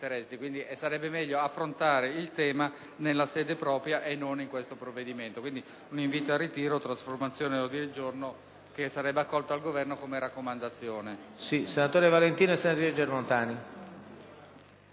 Sarebbe meglio affrontare il tema nella sede propria e non in questo provvedimento. Quindi, vi è un invito al ritiro e alla trasformazione in ordine del giorno, che sarebbe accolto dal Governo come raccomandazione.